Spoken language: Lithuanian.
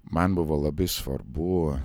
man buvo labai svarbu